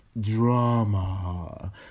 drama